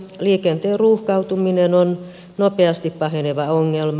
liikenteen ruuhkautuminen on nopeasti paheneva ongelma